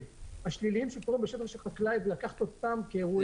השליליים שקורים בשטח של חקלאי ולקחת אותם כאירועים.